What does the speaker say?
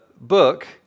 book